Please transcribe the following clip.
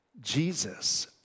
Jesus